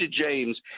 James